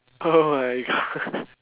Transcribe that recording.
oh my god